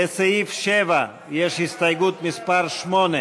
לסעיף 7 יש הסתייגות מס' 8,